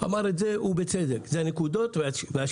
אמר את זה הוא בצדק, זה הנקודות והשלילה.